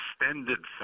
extended